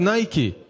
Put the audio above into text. Nike